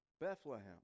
Bethlehem